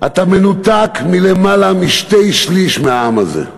אתה מנותק מלמעלה משני-שלישים מהעם הזה.